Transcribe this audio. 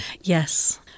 Yes